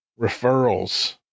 referrals